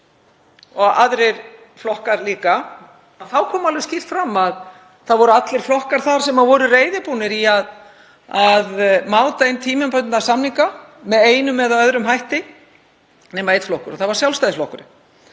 og aðrir flokkar líka, þá kom alveg skýrt fram að allir flokkar voru reiðubúnir að máta inn tímabundna samninga með einum eða öðrum hætti nema einn flokkur. Það var Sjálfstæðisflokkurinn.